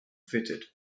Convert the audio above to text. fitted